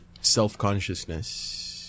self-consciousness